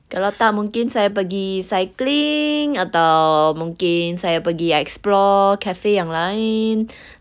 kalau tak mungkin saya pergi cycling atau mungkin saya pergi explore cafe yang lain